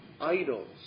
idols